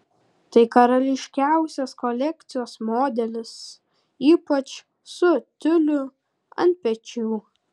tai karališkiausias kolekcijos modelis ypač su tiuliu ant pečių